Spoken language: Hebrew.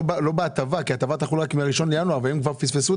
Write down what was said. לא בהטבה כי ההטבה תחול רק מה-1 בינואר והם כבר פספסו.